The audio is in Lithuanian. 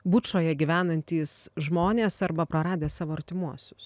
bučoje gyvenantys žmonės arba praradę savo artimuosius